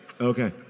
okay